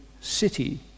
city